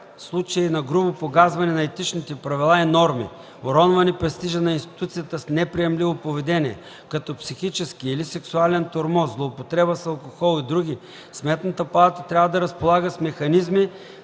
случаи на грубо погазване на етичните правила и норми, уронване престижа на институцията с неприемливо поведение като психически или сексуален тормоз, злоупотреба с алкохол и други, Сметната палата трябва да разполага с механизми